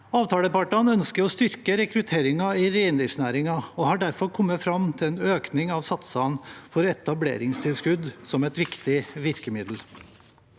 Avtalepartene ønsker å styrke rekrutteringen i reindriftsnæringen og har derfor kommet fram til en økning av satsene for etableringstilskudd som et viktig virkemiddel.